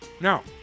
Now